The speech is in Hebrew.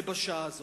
זה בשעה הזאת.